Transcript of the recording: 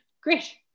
Great